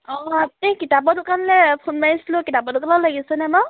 অঁ আপুনি কিতাপৰ দোকানলৈ ফোন মাৰিছিলোঁ কিতাপৰ দোকানত লাগিছেনে বাৰু